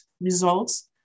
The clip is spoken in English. results